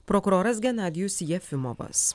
prokuroras genadijus jefimovas